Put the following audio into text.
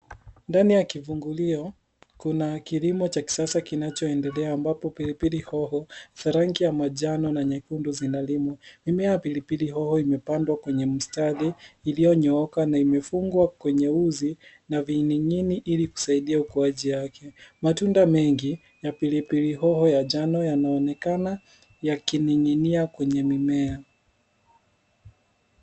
Ndani ya kivungulio kuna kilimo cha kisasa kinachoendelea ambapo pilipili hoho za rangi ya manjano na nyekundu zinalimwa. Mimea ya pilipili hoho imepandwa kwenye mstari iliyonyooka na imefungwa kwenye uzi na vining'ini ili kusaidia ukuaji yake. Matunda mengi ya pilipili hoho ya njano yanaonekana yakining'inia kwenye mimea.